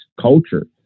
culture